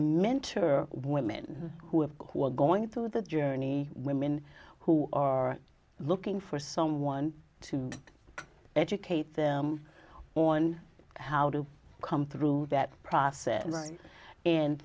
meant women who have who are going through the journey women who are looking for someone to educate them on how to come through that process